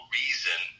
reason